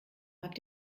habt